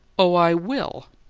oh, i will?